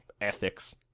ethics